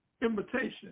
invitation